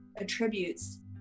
attributes